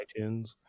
itunes